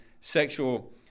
sexual